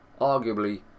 Arguably